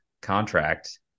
contract